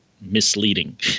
misleading